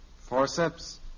forceps